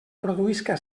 produïsca